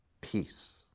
peace